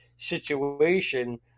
situation